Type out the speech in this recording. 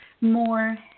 more